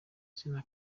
izina